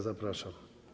Zapraszam.